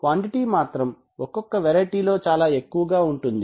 కానీ క్వాంటీటీ మాత్రం ఒక్కొక్క వెరైటీ లో చాలా ఎక్కువగా ఉంటుంది